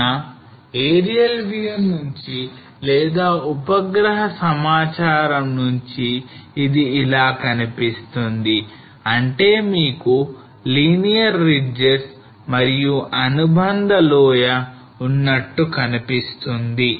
కావున aerial view నుంచి లేదా ఉపగ్రహ సమాచారం నుంచి అది ఇలా కనిపిస్తుంది అంటే మీకు linear ridges మరియు అనుబంధ లోయ ఉన్నట్టు కనిపిస్తుంది